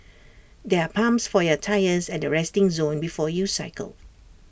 there are pumps for your tyres at the resting zone before you cycle